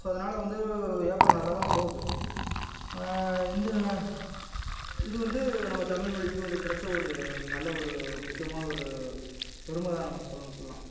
so அதனால் வந்து வியாபாரம் நல்லாத்தான் போகுது இந்த இது வந்து நம்ம தமிழ் மொழிக்கு வந்து கிடச்ச ஒரு நல்ல ஒரு முக்கியமான ஒரு பெருமை தான் நமக்கு சொல்லணும்னு சொல்லலாம்